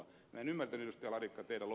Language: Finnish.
minä en ymmärtänyt ed